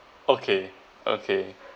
okay okay